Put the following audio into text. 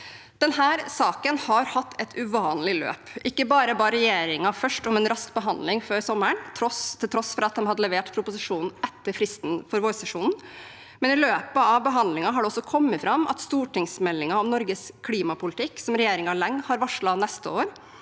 Denne saken har hatt et uvanlig løp. Ikke bare ba regjeringen først om en rask behandling før sommeren, til tross for at de hadde levert proposisjonen etter fristen for vårsesjonen; i løpet av behandlingen har det også kommet fram at stortingsmeldingen om Norges klimapolitikk som regjeringen lenge har varslet neste år,